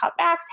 cutbacks